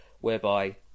whereby